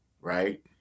right